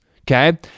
Okay